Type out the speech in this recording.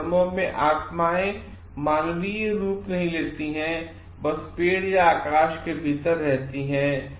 ऐसेधर्मों मेंआत्माएं मानवीय रूप नहीं लेती हैं और बस पेड़ या आकाश के भीतर होती हैं